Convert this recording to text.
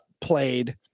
played